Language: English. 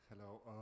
hello